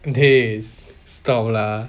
dey stop lah